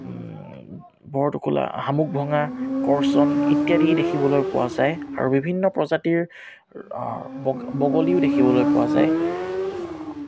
বৰটোকোলা শামুকভঙা কৰচন ইত্যাদি দেখিবলৈ পোৱা যায় আৰু বিভিন্ন প্ৰজাতিৰ বগ বগলীও দেখিবলৈ পোৱা যায়